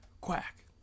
Quack